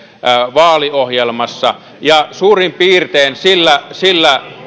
vaaliohjelmassa ja suurin piirtein sillä